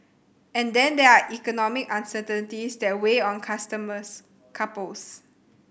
and then there are economic uncertainties that weigh on customers couples